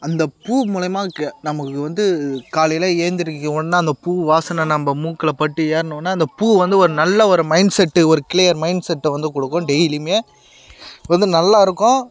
அந்த பூ மூலிமா க நமக்கு வந்து காலையில் எழுந்திரிக்கும் ஒன்றா அந்த பூ வாசனை நம்ம மூக்கில் பட்டு ஏறினோனே அந்த பூ வந்து ஒரு நல்ல ஒரு மைண்ட் செட்டு ஒரு கிளியர் மைண்ட் செட்டை வந்து கொடுக்கும் டெய்லியுமே வந்து நல்லா இருக்கும்